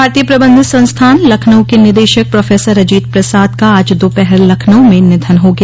भारतीय प्रबंध संस्थान लखनऊ के निदेशक प्रोफेसर अजीत प्रसाद का आज दोपहर लखनऊ में निधन हो गया